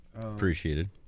appreciated